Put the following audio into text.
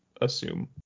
assume